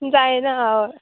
जायना हय